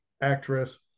actress